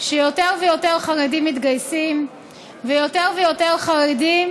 שיותר ויותר חרדים מתגייסים ויותר ויותר חרדים